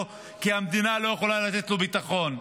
כי המדינה לא יכולה לתת לו ביטחון.